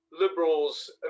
liberals